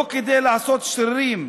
לא כדי לעשות שרירים.